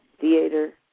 theater